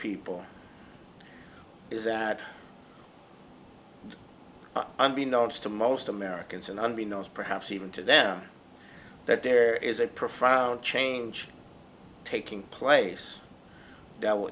people is that unbeknownst to most americans and unbe knows perhaps even to them that there is a profound change taking place that will